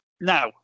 Now